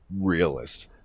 realist